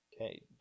Okay